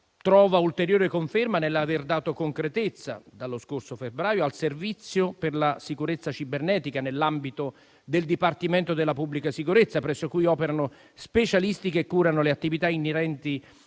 trova ulteriore conferma nell'aver dato concretezza, dallo scorso febbraio, al servizio per la sicurezza cibernetica nell'ambito del Dipartimento della pubblica sicurezza, presso cui operano specialisti che curano le attività inerenti